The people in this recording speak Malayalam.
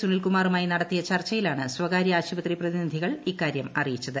സുനിൽ കുമാറുമായി നടത്തിയ ചർച്ചയിലാണ് സ്വകാര്യ ആശുപത്രി പ്രതിനിധികൾ ഇക്കാര്യം അറിയിച്ചത്